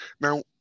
Now